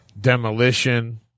Demolition